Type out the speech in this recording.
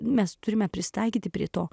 mes turime prisitaikyti prie to